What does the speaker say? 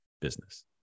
business